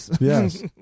Yes